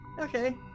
okay